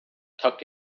tucked